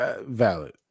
Valid